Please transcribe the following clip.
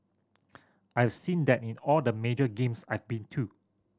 I've seen that in all the major games I've been too